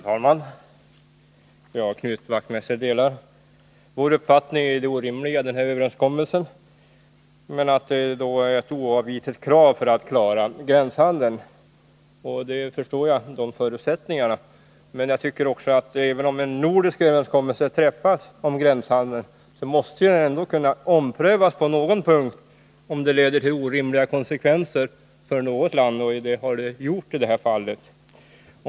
Herr talman! Knut Wachtmeister delar vår uppfattning om det orimliga i den här överenskommelsen, men säger att den är ett oavvisligt krav för att klara gränshandeln. Jag förstår den synpunkten. Men även om en nordisk överenskommelse träffas om gränshandeln, så måste det ändå kunna ske en omprövning på de punkter där överenskommelsen leder till orimliga konsekvenser för något land, och så har skett i detta fall.